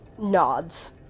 nods